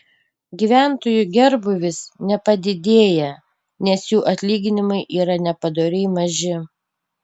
gyventojų gerbūvis nepadidėja nes jų atlyginimai yra nepadoriai maži